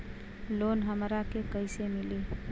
Loan हमरा के कईसे मिली?